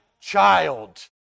child